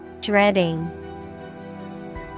Dreading